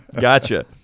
Gotcha